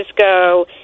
go